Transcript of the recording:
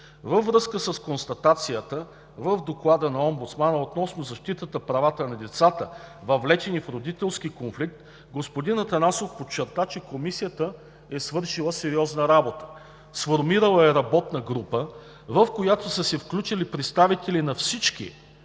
Във връзка с констатацията в Доклада на омбудсмана относно защитата на правата на децата, въвлечени в родителски конфликт, господин Атанасов подчерта, че Комисията е свършила сериозна работа. Сформирала е работна група, в която са се включили представителите на всички,